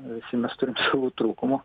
visi mes turim savų trūkumų